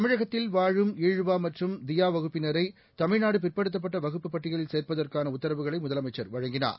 தமிழகத்தில் வாழும் ஈழுவாமற்றும் தியாவகுப்பினரைதமிழ்நாடுபிற்படுத்தப்பட்டவகுப்பு பட்டியலிலும் சேர்ப்பதற்கானஉத்தரவுகளைமுதலமைச்சர் வழங்கினார்